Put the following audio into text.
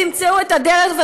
תמצאו את הדרך.